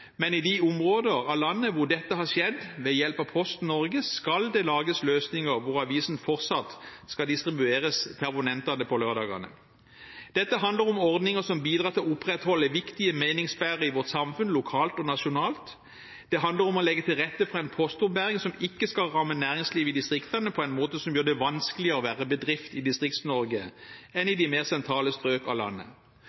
men i de områder av landet hvor dette har skjedd ved hjelp av Posten Norge, skal det lages løsninger hvor avisen fortsatt skal distribueres til abonnentene på lørdagene. Dette handler om ordninger som bidrar til å opprettholde viktige meningsbærere i vårt samfunn, lokalt og nasjonalt. Det handler om å legge til rette for en postombæring som ikke skal ramme næringslivet i distriktene på en måte som gjør det vanskeligere å være bedrift i Distrikts-Norge enn i de mer sentrale strøk av landet.